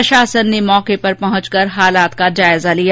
प्रशासन ने मौके पर पहुंचकर हालात का जायजा लिया